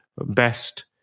best